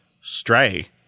Stray